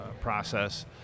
process